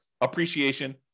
appreciation